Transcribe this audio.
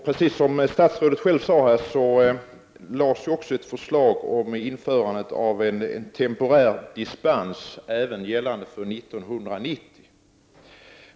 Precis som statsrådet själv sade lades det också fram ett förslag om införande av en temporär dispens gällande även för 1990.